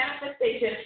manifestation